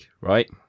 right